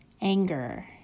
Anger